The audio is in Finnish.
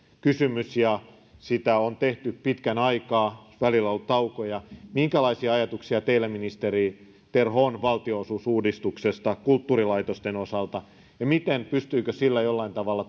kysymys sitä on tehty pitkän aikaa välillä on ollut taukoja minkälaisia ajatuksia teillä ministeri terho on valtionosuusuudistuksesta kulttuurilaitosten osalta pystyykö sillä jollain tavalla